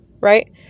Right